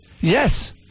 Yes